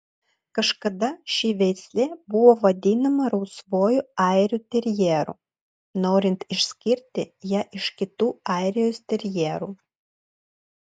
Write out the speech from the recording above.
kažkada ši veislė buvo vadinama rausvuoju airių terjeru norint išskirti ją iš kitų airijos terjerų